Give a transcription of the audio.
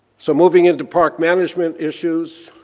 so moving in to park management issues,